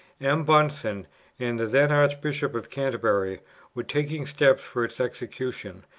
m. bunsen and the then archbishop of canterbury were taking steps for its execution,